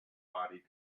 body